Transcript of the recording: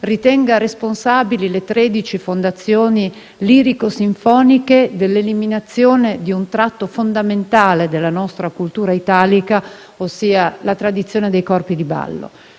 ritenga responsabili le 13 fondazioni lirico-sinfoniche dell'eliminazione di un tratto fondamentale della nostra cultura italica, ossia la tradizione dei corpi di ballo.